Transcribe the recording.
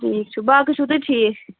یٖۍ چھُ باقٕے چھُو تۄہہِ ٹھیٖک